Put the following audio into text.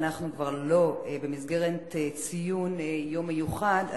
מאחר שאנחנו כבר לא במסגרת ציון יום מיוחד,